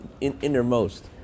innermost